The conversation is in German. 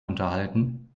unterhalten